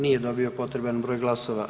Nije dobio potreban broj glasova.